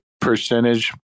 percentage